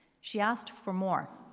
she asked for more.